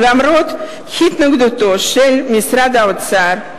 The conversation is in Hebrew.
ולמרות התנגדותו של משרד האוצר,